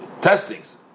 testings